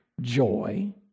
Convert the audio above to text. Joy